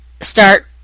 start